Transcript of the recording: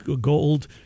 Gold